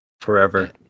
forever